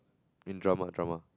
in drama drama